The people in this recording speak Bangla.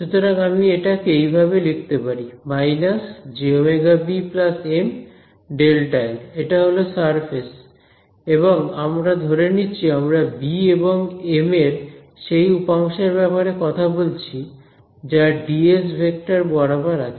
সুতরাং আমি এটাকে এইভাবে লিখতে পারি − jωB M Δl এটা হল সারফেস এবং আমরা ধরে নিচ্ছি আমরা বি এবং এম এর সেই উপাংশের ব্যাপারে কথা বলছি যা ডিএস ভেক্টর বরাবর আছে